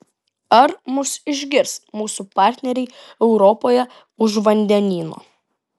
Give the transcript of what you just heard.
ar mus išgirs mūsų partneriai europoje už vandenyno